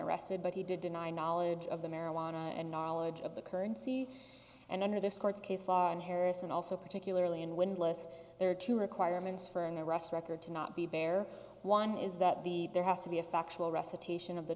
arrested but he did deny knowledge of the marijuana and knowledge of the currency and under this court's case law in harris and also particularly in windless there are two requirements for an arrest record to not be bare one is that the there has to be a factual recitation of the